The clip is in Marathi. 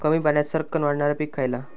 कमी पाण्यात सरक्कन वाढणारा पीक खयला?